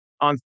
on